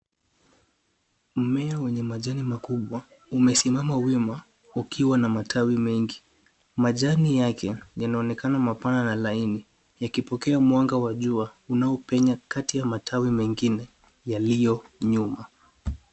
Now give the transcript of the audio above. Mmea wenye majani makubwa, umesimama Wima ukiwa na matawi mengi. Majani yake, yanaonekana mapana na laini. Yakipokea mwanga wa jua, unaopenya kati ya matawi mengine yaliyo nyuma.